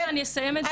שרואים